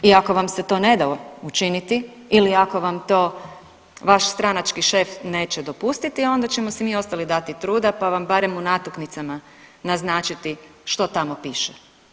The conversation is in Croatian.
I ako vam se to ne da učiniti ili ako vam to vaš stranački šef neće dopustiti onda ćemo si mi ostali dati truda pa vam barem u natuknicama naznačiti što tamo piše.